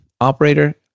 operator